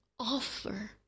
Offer